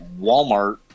Walmart